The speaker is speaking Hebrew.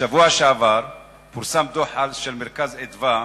בשבוע שעבר פורסם דוח של "מרכז אדוה".